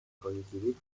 coincidir